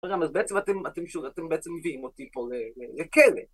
רגע, אז בעצם אתם, אתם שוב, אתם בעצם מביאים אותי פה לכלא.